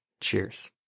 Cheers